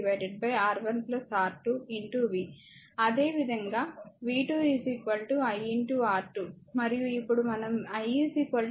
అదేవిధంగా v 2 i R2 మరియు ఇప్పుడు మనం i v R1 R2 ని చూశాము